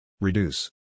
Reduce